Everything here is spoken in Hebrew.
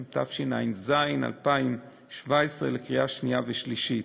התשע"ז 2017, לקריאה שנייה ושלישית.